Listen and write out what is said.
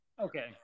Okay